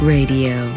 Radio